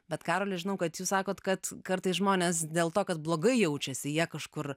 bet karoli žinau kad jūs sakot kad kartais žmonės dėl to kad blogai jaučiasi jie kažkur